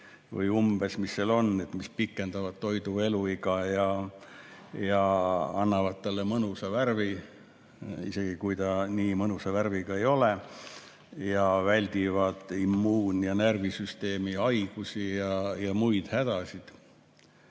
või umbes nii, mis seal on, mis pikendavad toidu eluiga ja annavad talle mõnusa värvi – isegi kui ta nii mõnusa värviga ei ole – ja väldivad immuun‑ ja närvisüsteemi haigusi ja muid hädasid.